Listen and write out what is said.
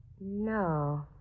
No